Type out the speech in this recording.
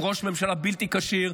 עם ראש ממשלה בלתי כשיר,